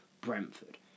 Brentford